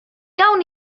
gawn